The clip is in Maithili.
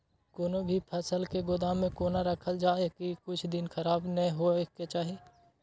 कोनो भी फसल के गोदाम में कोना राखल जाय की कुछ दिन खराब ने होय के चाही?